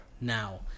now